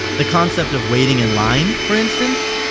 the concept of waiting in line, for instance?